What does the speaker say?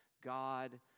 God